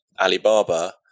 Alibaba